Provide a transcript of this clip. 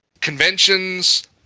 conventions